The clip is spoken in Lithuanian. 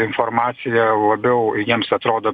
informacija labiau jiems atrodo